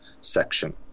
section